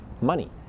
money